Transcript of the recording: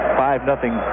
five-nothing